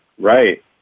right